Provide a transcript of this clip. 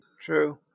True